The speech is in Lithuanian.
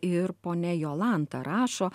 ir ponia jolanta rašo